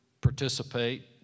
participate